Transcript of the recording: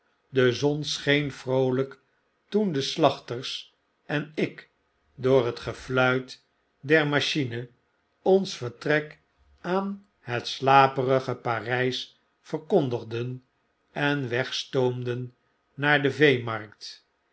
de zon scheen vroohjk toen de slachters en ik door het gefluit der machine ons vertrek aan het slapenge parijs verkondigden en wegstoomden naar de veemarkt